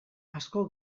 asko